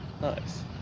Nice